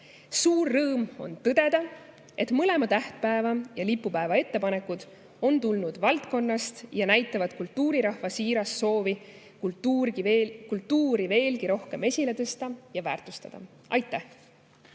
Suur rõõm on tõdeda, et mõlema tähtpäeva ja lipupäeva ettepanek on tulnud valdkonnast ning näitab kultuurirahva siirast soovi kultuuri veelgi rohkem esile tõsta ja väärtustada. Aitäh!